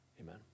Amen